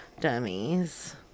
dummies